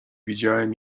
widziałem